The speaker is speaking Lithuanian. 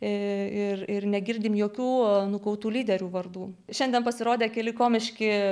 ir negirdim jokių nukautų lyderių vardų šiandien pasirodė keli komiški